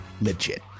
Legit